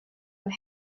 and